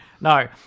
No